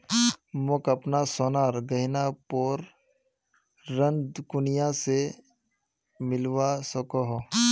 मोक अपना सोनार गहनार पोर ऋण कुनियाँ से मिलवा सको हो?